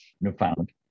Newfoundland